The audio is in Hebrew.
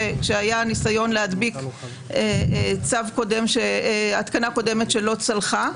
כשהיה ניסיון להדביק התקנה קודמת שלא צלחה.